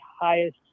highest